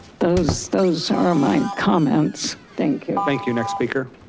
those those are my comments, thank you. thank you, next speaker.